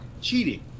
cheating